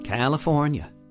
California